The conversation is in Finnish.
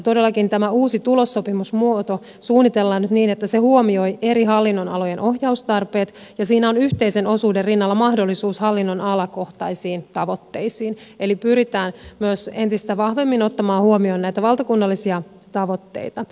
todellakin tämä uusi tulossopimusmuoto suunnitellaan nyt niin että se huomioi eri hallinnonalojen ohjaustarpeet ja siinä on yhteisen osuuden rinnalla mahdollisuus hallinnonalakohtaisiin tavoitteisiin eli pyritään myös entistä vahvemmin ottamaan huomioon näitä valtakunnallisia tavoitteita